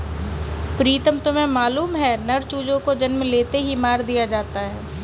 प्रीतम तुम्हें मालूम है नर चूजों को जन्म लेते ही मार दिया जाता है